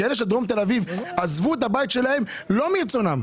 כאלה שעזבו את הבית בדרום תל אביב לא מרצונם,